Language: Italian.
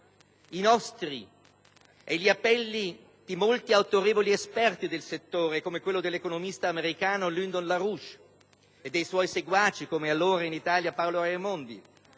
I nostri appelli e quelli di molti autorevoli esperti del settore, come quello dell'economista americano Lyndon LaRouche e dei suoi seguaci, come allora in Italia Paolo Raimondi,